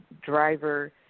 driver